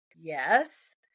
Yes